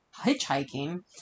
hitchhiking